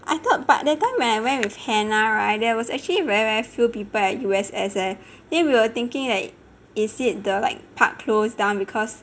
I thought but that time when I went with hannah [right] there was actually very very few people at U_S_S eh then we were thinking like is it the like park closed down because